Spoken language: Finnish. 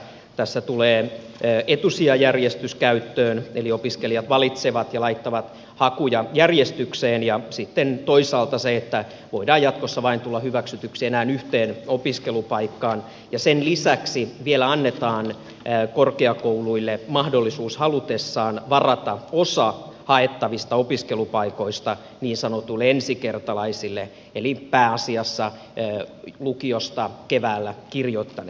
tässä tulee etusijajärjestys käyttöön eli opiskelijat valitsevat ja laittavat hakuja järjestykseen ja sitten toisaalta se että voidaan jatkossa tulla hyväksytyksi enää yhteen opiskelupaikkaan ja sen lisäksi vielä annetaan korkeakouluille mahdollisuus halutessaan varata osa haettavista opiskelupaikoista niin sanotuille ensikertalaisille eli pääasiassa lukiosta keväällä kirjoittaneille